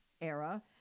era